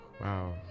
wow